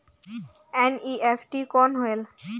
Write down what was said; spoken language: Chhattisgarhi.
एन.ई.एफ.टी कौन होएल?